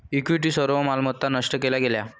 equity सर्व मालमत्ता नष्ट केल्या गेल्या